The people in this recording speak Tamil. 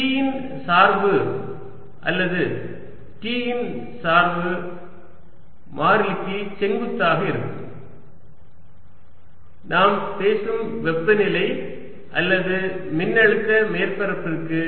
V இன் சாய்வு அல்லது T இன் சாய்வு மாறிலிக்கு செங்குத்தாக இருக்கும் நாம் பேசும் வெப்பநிலை அல்லது மின்னழுத்த மேற்பரப்பிற்கு